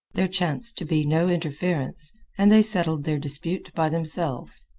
there chanced to be no interference, and they settled their dispute by themselves.